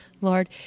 Lord